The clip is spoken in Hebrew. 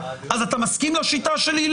אז אתה מסכים לשיטה שלי?